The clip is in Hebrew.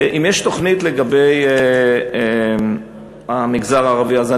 אם יש תוכנית לגבי המגזר הערבי: אני